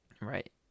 Right